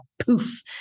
poof